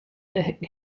that